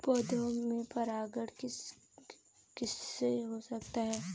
पौधों में परागण किस किससे हो सकता है?